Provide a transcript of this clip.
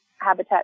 Habitat